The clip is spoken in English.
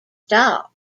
stop